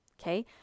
Okay